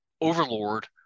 overlord